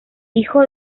hijo